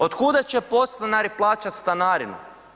Otkuda će podstanari plaćat stanarinu?